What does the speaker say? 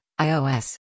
iOS